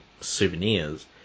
souvenirs